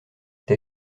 tes